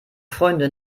freundin